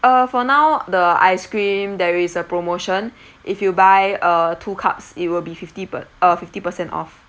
uh for now the ice cream there is a promotion if you buy uh two cups it will be fifty per~ uh fifty percent off